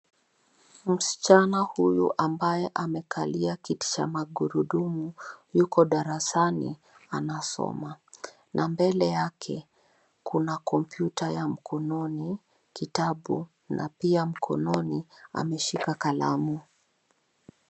Msichana huyu ambaye amekalia kiti cha magurudumu yuko darasani anasoma, na mbele yake kuna kompyuta ya mkononi, kitabu na pia mkononi ameshika kalamu.